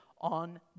on